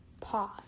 Pause